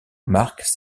marquent